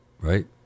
right